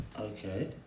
Okay